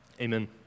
amen